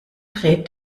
dreht